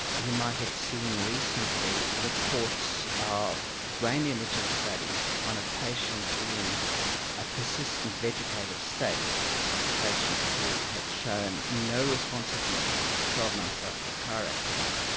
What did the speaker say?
you might have seen recently reports of brain imaging studies on a patient in a persistent vegetative state. this was a patient who had shown no responsiveness for twelve months after a car accident,